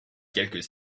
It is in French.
quelques